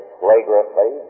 flagrantly